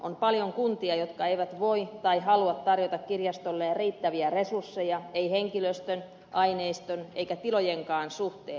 on paljon kuntia jotka eivät voi tai halua tarjota kirjastolle riittäviä resursseja eivät henkilöstön aineiston eivätkä tilojenkaan suhteen